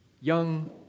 young